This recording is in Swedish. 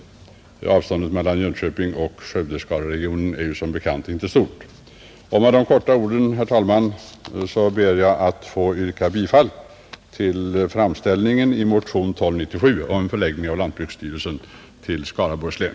Avståndet mellan Jönköping och Skövde-Skararegionen är som bekant inte stort. Med de få orden, herr talman, ber jag att få yrka bifall till hemställan i motionen 1297 om förläggning av lantbruksstyrelsen till Skaraborgs län.